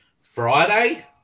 Friday